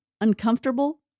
Uncomfortable